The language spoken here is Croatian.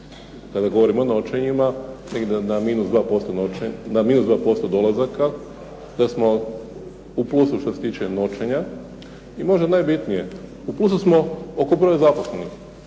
kada govorim o noćenjima, negdje na minus 2% dolazaka, da smo u plusu što se tiče noćenja. I možda najbitnije, u plusu smo oko broja zaposlenih.